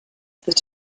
that